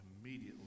immediately